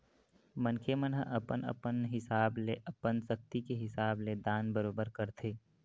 मनखे मन ह अपन अपन हिसाब ले अपन सक्ति के हिसाब ले दान बरोबर करथे